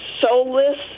soulless